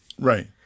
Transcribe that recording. Right